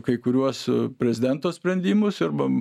kai kuriuos prezidento sprendimus arba